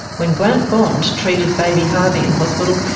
when grant bond treated baby harvey in hospital,